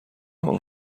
اون